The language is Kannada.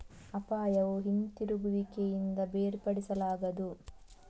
ಅಪಾಯವು ಹಿಂತಿರುಗುವಿಕೆಯಿಂದ ಬೇರ್ಪಡಿಸಲಾಗದು